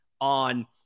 on